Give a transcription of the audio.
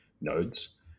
nodes